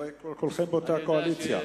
הרי כולכם באותה קואליציה.